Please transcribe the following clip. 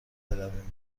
برویم